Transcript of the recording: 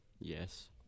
Yes